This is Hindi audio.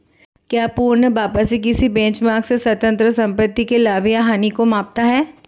क्या पूर्ण वापसी किसी बेंचमार्क से स्वतंत्र संपत्ति के लाभ या हानि को मापता है?